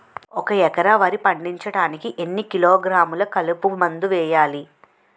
ఒక ఎకర వరి పండించటానికి ఎన్ని కిలోగ్రాములు కలుపు మందు వేయాలి?